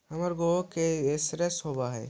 हमर गेयो के इंश्योरेंस होव है?